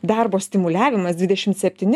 darbo stimuliavimas dvidešimt septyni